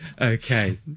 Okay